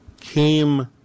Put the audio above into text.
came